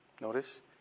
Notice